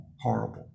horrible